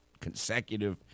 consecutive